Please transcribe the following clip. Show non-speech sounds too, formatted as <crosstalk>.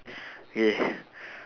<breath> K <breath>